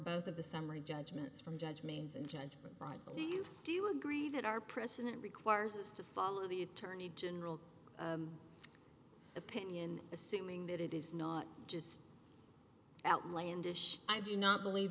both of the summary judgments from judge means and judgment by what do you do you agree that our president requires us to follow the attorney general opinion assuming that it is not just outlandish i do not believe